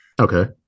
Okay